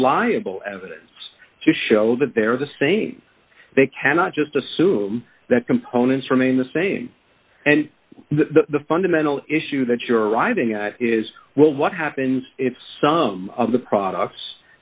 reliable evidence to show that they are the same they cannot just assume that components remain the same and the fundamental issue that you're arriving at is well what happens if some of the products